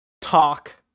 talk